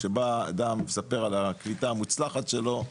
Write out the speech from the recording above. כשבא אדם ומספר על הקליטה המוצלחת שלו,